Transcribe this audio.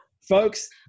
folks